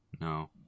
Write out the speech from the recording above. No